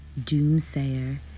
doomsayer